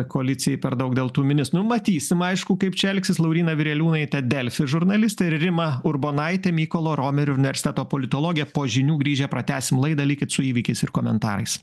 koalicijai per daug dėl tų minis nu matysim aišku kaip čia elgsis lauryna vireliūnaitė delfi žurnalistė ir rima urbonaitė mykolo romerio universiteto politologė po žinių grįžę pratęsim laidą likit su įvykiais ir komentarais